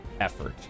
effort